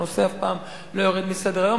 הנושא אף פעם לא יורד מסדר-היום.